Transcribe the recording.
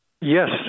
Yes